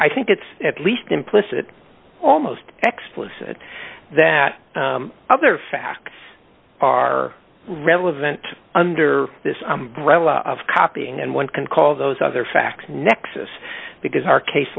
i think it's at least implicit almost explicit that other facts are relevant under this umbrella of copying and one can call those other facts nexus because our case